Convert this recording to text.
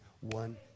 One